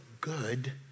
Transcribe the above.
good